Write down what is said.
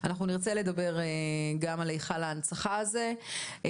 אנחנו נרצה לדבר גם על היכל ההנצחה הזה.